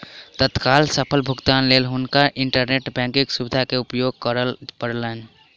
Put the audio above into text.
तत्काल सकल भुगतानक लेल हुनका इंटरनेट बैंकक सुविधा के उपयोग करअ पड़लैन